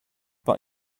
but